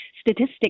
Statistics